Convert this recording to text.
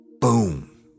boom